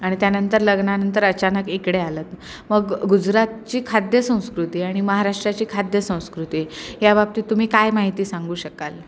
आणि त्यानंतर लग्नानंतर अचानक इकडे आलं मग गुजरातची खाद्य संस्कृती आणि महाराष्ट्राची खाद्य संस्कृती याबाबतीत तुम्ही काय माहिती सांगू शकाल